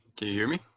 can you hear me?